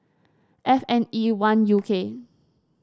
F N E one U K